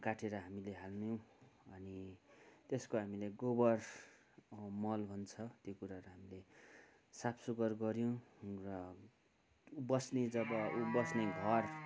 काटेर हामीले हाल्नु अनि त्यसको हामीले गोबर अँ मल भन्छ त्यो कुराहरू हामीले साफसुग्घर गऱ्यौँ र बस्ने जब ऊ बस्ने घर